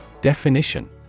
Definition